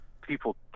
People